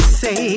say